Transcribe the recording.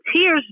tears